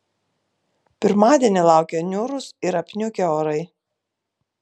pirmadienį laukia niūrūs ir apniukę orai